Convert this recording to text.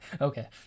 Okay